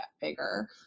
bigger